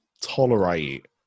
tolerate